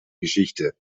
geschichte